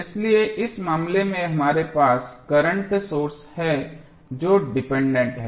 इसलिए इस मामले में हमारे पास करंट सोर्स है जो डिपेंडेंट है